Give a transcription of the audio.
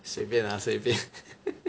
随便 lah 随便